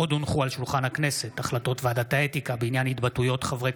עוד הונחו על שולחן הכנסת החלטות ועדת האתיקה בעניין התבטאויות חברי